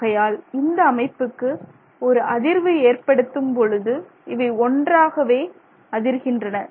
ஆகையால் இந்த அமைப்புக்கு ஒரு அதிர்வு ஏற்படுத்தும் பொழுது இவை ஒன்றாகவே அதிர்கின்றன